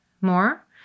more